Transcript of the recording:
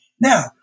Now